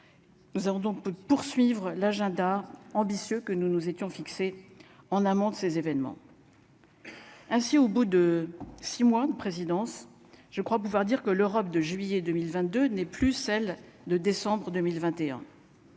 Nous allons donc poursuivre l'agenda ambitieux que nous nous étions fixés en amont de ces événements ainsi au bout de 6 mois de présidence, je crois pouvoir dire que l'Europe de juillet 2022 n'est plus celle de décembre 2021.